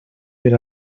per